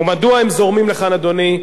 ומדוע הם זורמים לכאן, אדוני,